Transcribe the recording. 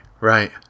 right